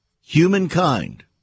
humankind